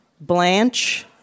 Blanche